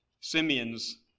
Simeon's